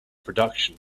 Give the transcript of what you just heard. production